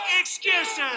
excuses